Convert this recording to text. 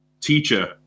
teacher